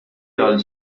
għal